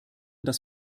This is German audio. dass